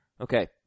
Okay